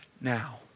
now